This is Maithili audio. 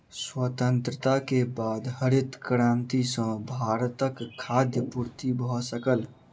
स्वतंत्रता के बाद हरित क्रांति सॅ भारतक खाद्य पूर्ति भ सकल